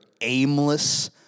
aimless